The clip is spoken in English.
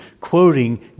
quoting